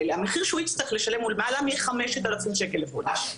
והמחיר שהוא יצטרך לשלם הוא למעלה מ-5,000 שקל מחודש.